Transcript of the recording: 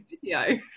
Video